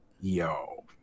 Yo